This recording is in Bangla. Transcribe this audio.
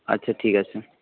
আচ্ছা ঠিক আছে